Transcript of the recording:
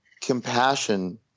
compassion